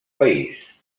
país